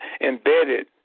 embedded